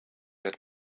had